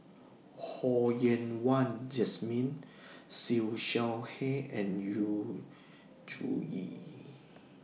Ho Yen Wah Jesmine Siew Shaw Her and Yu Zhuye